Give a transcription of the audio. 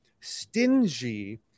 stingy